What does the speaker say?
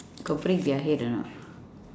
got break their head or not